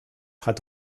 hat